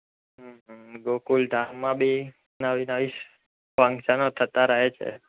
હં હં ગોકુલ ધામમાં બી નવી નવી ફંક્શનો થતાં રહે છે